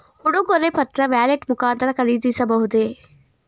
ಉಡುಗೊರೆ ಪತ್ರ ವ್ಯಾಲೆಟ್ ಮುಖಾಂತರ ಖರೀದಿಸಬಹುದೇ?